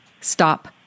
Stop